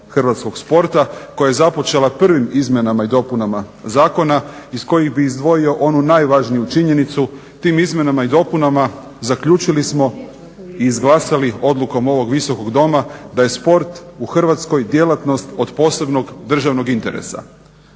hrvatskog sporta koja je započela prvim izmjenama i dopunama zakona iz koje bih izdvojio onu najvažniju činjenicu. Tim izmjenama i dopunama zaključili smo i izglasali odlukom ovog Visokog doma da je sport u Hrvatskoj djelatnost od posebnog državnog interesa.